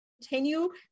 continue